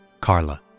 Carla